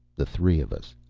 the three of us.